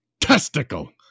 testicle